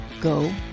go